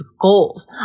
goals